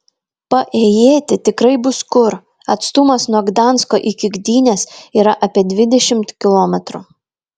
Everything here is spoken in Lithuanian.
paėjėti tikrai bus kur atstumas nuo gdansko iki gdynės yra apie dvidešimt kilometrų